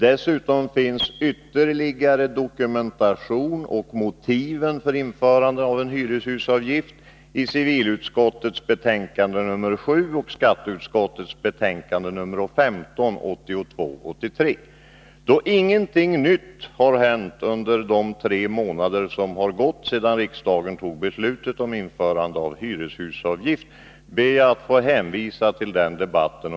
Dessutom finns ytterligare dokumentation av motiven för införande av en hyreshusavgift i civilutskottets betänkande 1982 83:15. Då ingenting nytt har hänt under de tre månader som har gått sedan riksdagen fattade beslutet om införande av hyreshusavgift, ber jag att få hänvisa till den då förda debatten.